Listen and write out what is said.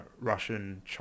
Russian